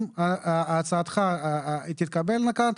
אם הצעתך תתקבלנה כאן,